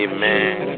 Amen